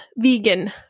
vegan